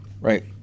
right